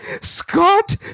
Scott